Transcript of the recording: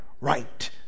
right